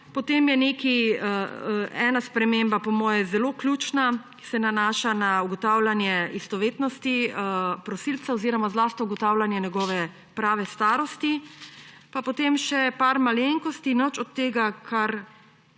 Potem je ena sprememba po moje zelo ključna, ki se nanaša na ugotavljanje istovetnosti prosilca oziroma zlasti ugotavljanje njegove prave starosti. Pa potem še nekaj malenkosti, nič od tega, kar